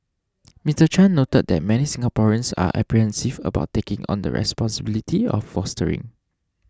Mister Chan noted that many Singaporeans are apprehensive about taking on the responsibility of fostering